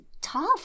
tough